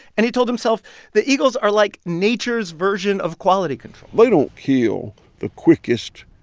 and he told himself the eagles are like nature's version of quality control they don't kill the quickest,